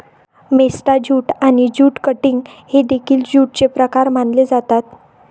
मेस्टा jute आणि jute cutting हे देखील ज्यूटचे प्रकार मानले जातात